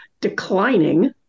declining